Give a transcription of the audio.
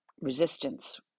resistance